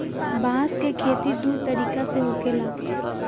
बांस के खेती दू तरीका से होखेला